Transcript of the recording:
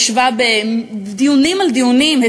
ישבה בדיונים על דיונים,